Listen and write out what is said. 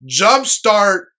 jumpstart